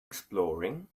exploring